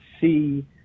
see